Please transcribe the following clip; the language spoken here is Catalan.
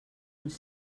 uns